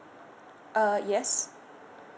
uh yes